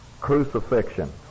crucifixion